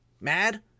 mad